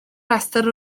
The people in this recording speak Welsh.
rhestr